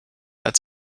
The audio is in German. als